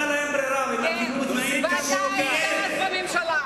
לא היתה להם ברירה, ואתה היית אז בממשלה.